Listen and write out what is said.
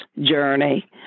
journey